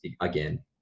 again